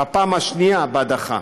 בפעם השנייה, בהדחה.